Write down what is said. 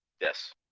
Yes